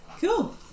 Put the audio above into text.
Cool